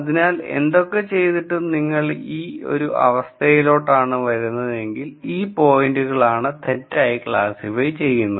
അതിനാൽ എന്തൊക്കെ ചെയ്തിട്ടും നിങ്ങൾ ഈ ഒരു അവസ്ഥയിലോട്ടാണ് വരുന്നതെങ്കിൽ ഈ പോയിന്റുകളാണ് തെറ്റായി ക്ലാസ്സിഫൈ ചെയ്യുന്നത്